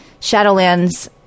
Shadowlands